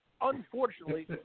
unfortunately